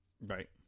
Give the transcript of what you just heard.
Right